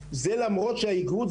להגיד שזה למרות שהאיגוד,